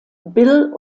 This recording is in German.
bill